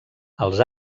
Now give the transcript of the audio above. els